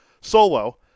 Solo